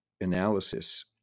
analysis